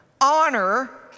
honor